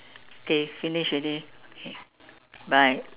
okay finish already okay bye